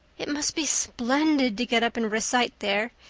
it must be splendid to get up and recite there.